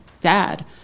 dad